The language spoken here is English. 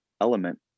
element